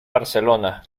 barcelona